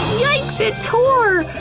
yikes! it tore!